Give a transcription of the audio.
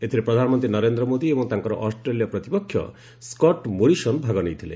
ଏଥିରେ ପ୍ରଧାନମନ୍ତ୍ରୀ ନରେନ୍ଦ୍ର ମୋଦୀ ଏବଂ ତାଙ୍କର ଅଷ୍ଟ୍ରେଲୀୟ ପ୍ରତିପକ୍ଷ ସ୍କଟ୍ ମୋରିସନ୍ ଭାଗ ନେଇଥିଲେ